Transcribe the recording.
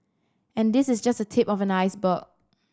and this is just the tip of the iceberg